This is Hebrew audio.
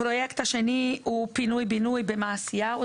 הפרויקט השני הוא פינוי בינוי במעשיהו.